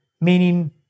meaning